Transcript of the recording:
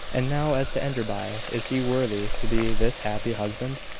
and now, as to enderby is he worthy to be this happy husband?